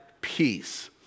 peace